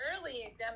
early